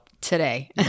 today